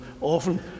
often